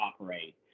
operate